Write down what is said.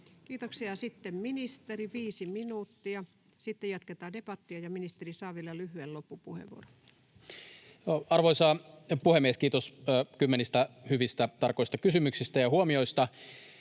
Kiitoksia. — Sitten ministeri, viisi minuuttia. Sitten jatketaan debattia, ja ministeri saa vielä lyhyen loppupuheenvuoron. Arvoisa puhemies! Kiitos kymmenistä hyvistä, tarkoista kysymyksistä ja huomioista.